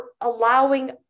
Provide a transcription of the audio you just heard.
allowing